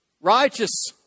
Righteous